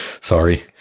Sorry